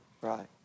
Right